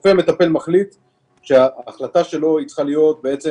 הרופא המטפל מחליט שההחלטה שלו צריכה להיות בעצם